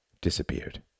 disappeared